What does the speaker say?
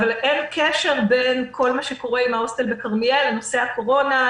אבל אין קשר בין כל מה שקורה עם ההוסטל בכרמיאל לנושא הקורונה.